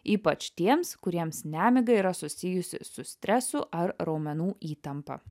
ypač tiems kuriems nemiga yra susijusi su stresu ar raumenų įtampa